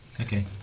Okay